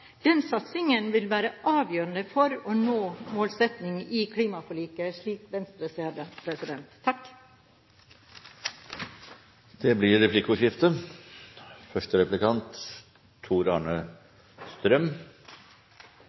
Den satsingen vil være avgjørende for å nå målsettingen i klimaforliket, slik Venstre ser det. Det blir replikkordskifte.